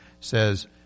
says